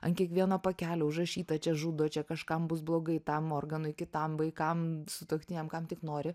ant kiekvieno pakelio užrašyta čia žudo čia kažkam bus blogai tam organui kitam vaikam sutuoktiniam kam tik nori